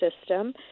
system